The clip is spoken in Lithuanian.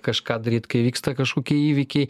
kažką daryt kai vyksta kažkokie įvykiai